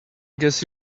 guess